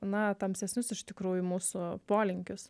na tamsesnius iš tikrųjų mūsų polinkius